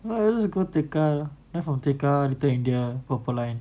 let's just go tekka lah then from tekka little india purple line